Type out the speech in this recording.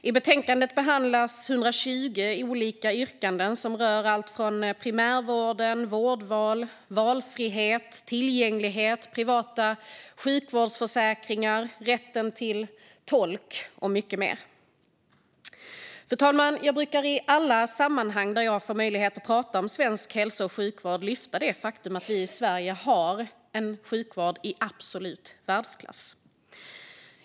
I betänkandet behandlas 120 olika yrkanden som rör primärvården, vårdval, valfrihet, tillgänglighet, privata sjukvårdsförsäkringar, rätten till tolk och mycket mer. Fru talman! Jag brukar i alla sammanhang där jag får möjlighet att prata om svensk hälso och sjukvård lyfta fram det faktum att vi i Sverige har en sjukvård i absolut världsklass.